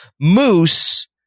Moose